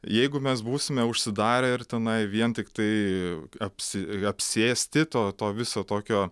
jeigu mes būsime užsidarę ir tenai vien tiktai apsi apsėsti to to viso tokio